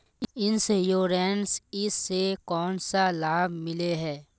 Insurance इस से कोन सा लाभ मिले है?